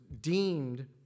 deemed